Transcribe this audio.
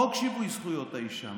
חוק שיווי זכויות האישה,